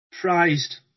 prized